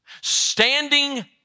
Standing